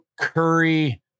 Curry